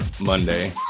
monday